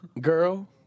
Girl